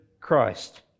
Christ